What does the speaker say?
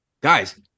Guys